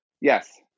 Yes